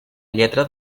lletra